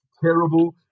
terrible